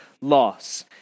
loss